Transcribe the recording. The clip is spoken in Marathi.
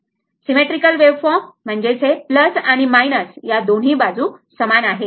सिमेट्रिकल वेव फॉर्म बरोबर हे आणि मायनस बाजू दोन्ही समान आहे